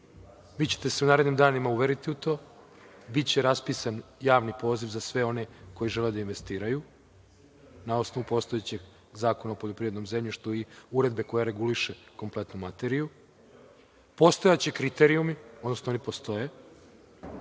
Vi ćete se u narednim danima uveriti u to. Biće raspisan javni poziv za sve one koji žele da investiraju na osnovu postojećeg Zakona o poljoprivrednom zemljištu i uredbe koja reguliše kompletnu materiju. Postojaće kriterijumi, odnosno oni postoje,